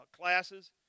classes